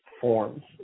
forms